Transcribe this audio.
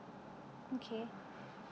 okay